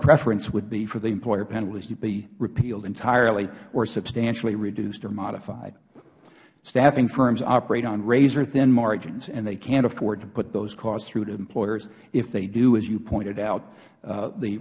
preference would be for the employer penalties to be repealed entirely or substantially reduced or modified staffing firms operate on razor thin margins and they cannot afford to put those costs through to employers if they do as you pointed out